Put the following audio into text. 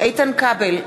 איתן כבל,